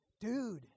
dude